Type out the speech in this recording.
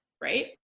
right